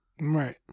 Right